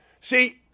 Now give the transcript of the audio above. See